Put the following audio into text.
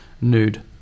nude